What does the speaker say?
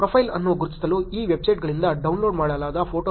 profile ಅನ್ನು ಗುರುತಿಸಲು ಈ ವೆಬ್ಸೈಟ್ಗಳಿಂದ ಡೌನ್ಲೋಡ್ ಮಾಡಲಾದ ಫೋಟೋಗಳು